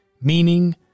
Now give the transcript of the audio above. meaning